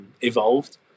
evolved